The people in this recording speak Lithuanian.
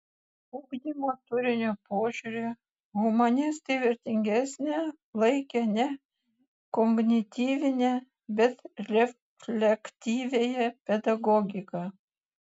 ugdymo turinio požiūriu humanistai vertingesne laikė ne kognityvinę bet reflektyviąją pedagogiką